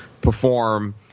perform